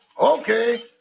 Okay